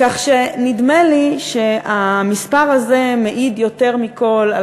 כך שנדמה לי שהמספר הזה מעיד יותר מכול על